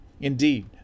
Indeed